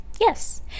yes